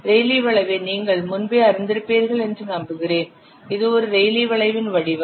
Rayleigh வளைவை நீங்கள் முன்பே அறிந்திருப்பீர்கள் என்று நம்புகிறேன் இது ஒரு ரெய்லீ வளைவின் வடிவம்